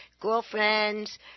girlfriends